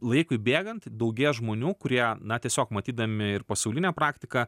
laikui bėgant daugėja žmonių kurie na tiesiog matydami ir pasaulinę praktiką